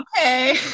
Okay